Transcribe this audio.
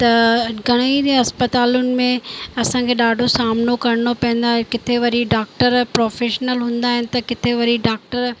त घणेई अस्पतालुनि में असांखे ॾाढो सामिनो करिणो पवंदो आहे किथे वरी डॉक्टर प्रोफेशनल हूंदा आहिनि त किथे वरी डाक्टर